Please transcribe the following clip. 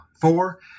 four